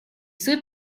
suoi